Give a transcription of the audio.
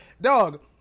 dog